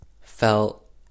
felt